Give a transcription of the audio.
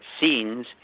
scenes